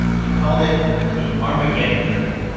he called it the armageddon trade,